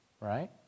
Right